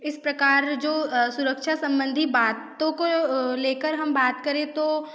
इस प्रकार जो सुरक्षा सम्बन्धी बातों को को ले कर हम बात करें तो